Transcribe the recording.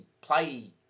play